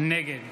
נגד